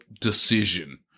decision